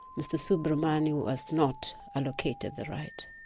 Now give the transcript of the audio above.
mr soobramoney was not allocated the right.